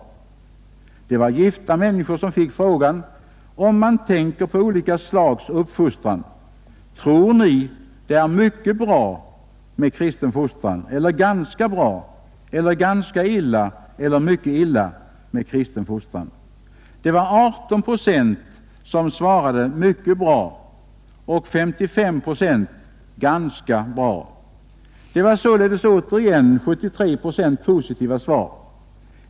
Det var gifta människor som fick frågan: ”Om man tänker på olika slags uppfostran — tror Ni det är mycket bra med kristen fostran, eller ganska bra eller ganska illa eller mycket illa med kristen fostran?” 18 procent svarade ”mycket bra” och 55 procent ”ganska bra”. Det var således återigen 73 procent positiva svar.